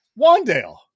Wandale